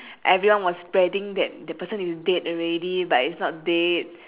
everyone was spreading that the person is dead already but is not dead